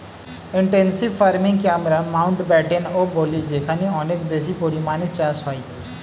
intensive ফার্মিংকে আমরা মাউন্টব্যাটেনও বলি যেখানে অনেক বেশি পরিমাণে চাষ হয়